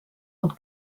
und